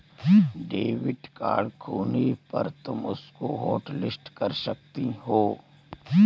debit card खोने पर तुम उसको हॉटलिस्ट कर सकती हो